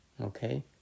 Okay